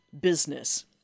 business